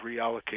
reallocate